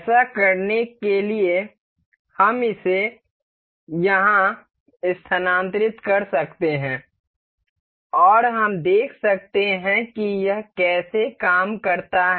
ऐसा करने के लिए हम इसे यहां स्थानांतरित कर सकते हैं और हम देख सकते हैं कि यह कैसे काम करता है